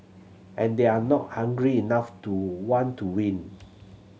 and they're not hungry enough to want to win